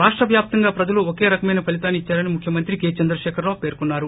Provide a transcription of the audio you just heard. రాష్ట వ్యాప్తంగా ప్రజలు ఒకే రకమైన ఫలితాన్ని ఇచ్చార ని ముఖ్యమంత్రి కే చంద్రశేఖరరావు పేర్కొన్నారు